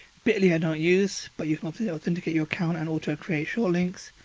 bitly i don't use, but you can authenticate your account and auto create short links.